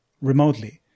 remotely